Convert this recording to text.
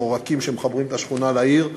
עורקים שמחברים את השכונה לעיר,